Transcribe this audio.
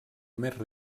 més